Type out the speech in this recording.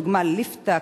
לדוגמה ליפתא,